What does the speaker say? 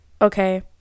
okay